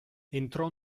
entrò